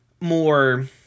more